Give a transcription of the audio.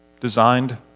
designed